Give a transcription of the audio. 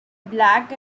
black